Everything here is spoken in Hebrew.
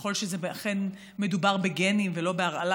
ככל שאכן מדובר בגנים ולא בהרעלה,